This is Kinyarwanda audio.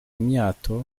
imyato